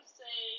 say